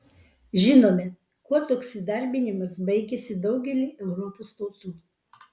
žinome kuo toks įdarbinimas baigėsi daugeliui europos tautų